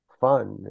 fun